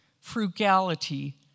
frugality